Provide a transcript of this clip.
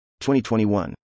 2021